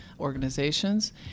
organizations